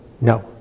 No